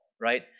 right